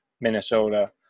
Minnesota